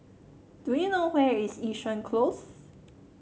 do you know where is Yishun Close